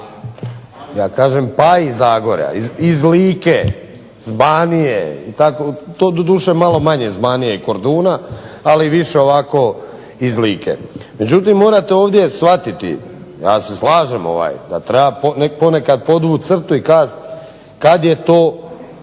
Zagorja, pa i Zagorja, iz Like, iz Banije, to malo manje iz Banije i Korduna ali više iz Like. Međutim, morate ovdje shvatiti ja se slažem da treba ponkada podvući crtu i kazati kada je to